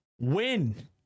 Win